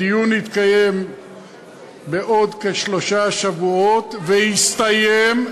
הדיון יתקיים בעוד כשלושה שבועות ויסתיים,